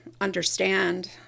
understand